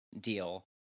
deal